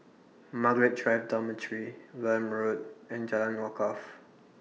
Margaret Drive Dormitory Welm Road and Jalan Wakaff